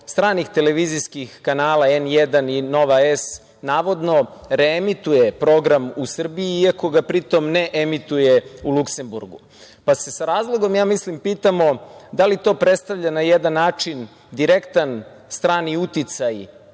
stranih televizijskih kanala „N1“ i „Nova S“ navodno reemituje program u Srbiji, iako ga, pri tom, ne emituje u Luksemburgu. Sa razlogom se, ja mislim, pitamo da li to predstavlja na jedan način direktan strani uticaj